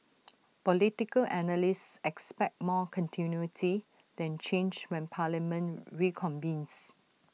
political analysts expect more continuity than change when parliament reconvenes